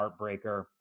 heartbreaker